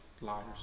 liars